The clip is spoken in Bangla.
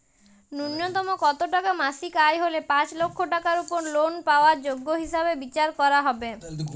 ন্যুনতম কত টাকা মাসিক আয় হলে পাঁচ লক্ষ টাকার উপর লোন পাওয়ার যোগ্য হিসেবে বিচার করা হবে?